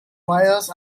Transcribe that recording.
wires